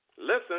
Listen